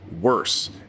worse